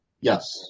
Yes